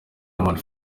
amani